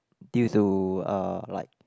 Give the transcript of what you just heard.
due to uh like